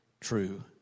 true